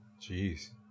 Jeez